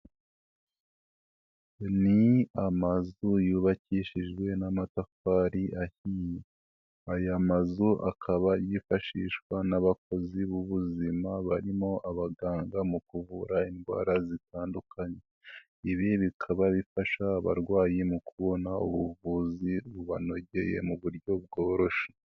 Ni amazu yubakishijwe n'amatafari ahiye, aya mazu akaba yifashishwa n'abakozi b'ubuzima barimo abaganga mu kuvura indwara zitandukanye, ibi bikaba bifasha abarwayi mu kubona ubuvuzi bubanogeye mu buryo bworoshye.